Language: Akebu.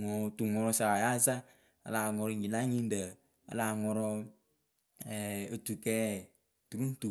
ŋwɨ tuŋʊrʊsa wǝ yaa zaŋ a láa ŋʊrʊ nyii la nyɩŋɖǝ. a láa ŋʊrʊ otukɛ. turuŋtu.